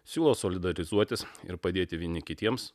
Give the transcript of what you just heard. siūlo solidarizuotis ir padėti vieni kitiems